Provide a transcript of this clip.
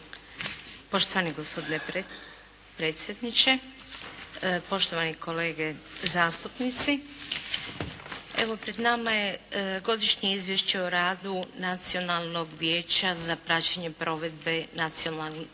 Poštovani gospodine predsjedniče, poštovani kolege zastupnici. Evo pred nama je Godišnje izvješće o radu Nacionalnog vijeća za praćenje provedbe Nacionalnog